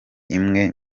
imwe